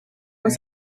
was